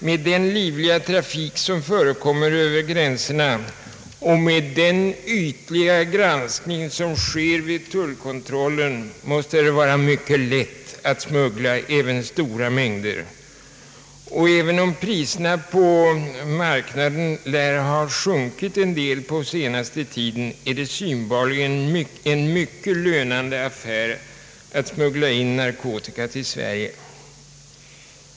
Med den livliga trafik som förekommer över gränserna och med den ytliga granskning som sker vid tullkontrollen måste det vara mycket lätt att smuggla också stora mängder. även om priserna på marknaden lär ha sjunkit en del på senaste tiden är det synbarligen en mycket lönande affär att smuggla in narkotika till Sverige.